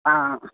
हा